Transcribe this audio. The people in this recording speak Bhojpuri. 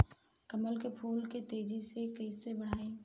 कमल के फूल के तेजी से कइसे बढ़ाई?